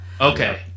Okay